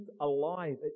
alive